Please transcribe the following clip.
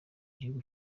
igihugu